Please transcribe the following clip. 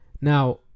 Now